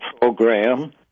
program